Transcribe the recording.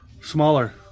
Smaller